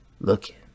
looking